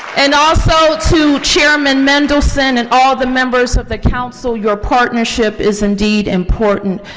and also to chairman mendelson and all the members of the council, your partnership is indeed important.